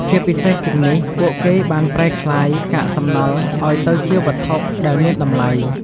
ជាពិសេសជាងនេះ ពួកគេបានប្រែក្លាយកាកសំណល់ឲ្យទៅជាវត្ថុដែលមានតម្លៃ។